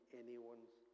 anyone's